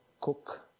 cook